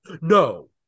No